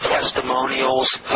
testimonials